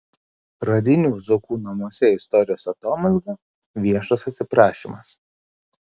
radinių zuokų namuose istorijos atomazga viešas atsiprašymas